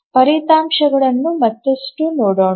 ಫಲಿತಾಂಶಗಳನ್ನು ಮತ್ತಷ್ಟು ನೋಡೋಣ